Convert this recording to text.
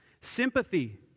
sympathy